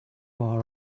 our